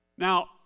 Now